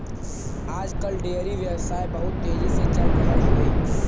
आज कल डेयरी व्यवसाय बहुत तेजी से चल रहल हौवे